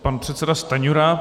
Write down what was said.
Pan předseda Stanjura.